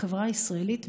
בחברה הישראלית,